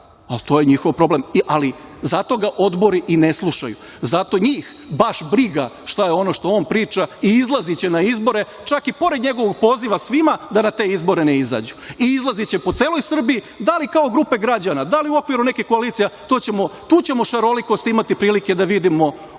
To je njihov problem. Zato ga odbori i ne slušaju. Zato njih baš briga šta je ono što on priča i izlaziće na izbore, čak i pored njegovog poziva svima da na te izbore ne izađu. I izlaziće po celoj Srbiji, da li kao grupe građana, da li u okviru neke koalicije, tu ćemo šarolikost imati prilike da vidimo u